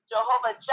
Jehovah